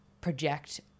project